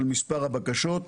על מספר הבקשות.